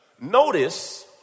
Notice